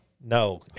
No